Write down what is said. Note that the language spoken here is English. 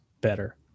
better